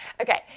Okay